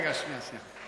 רגע, שנייה, שנייה.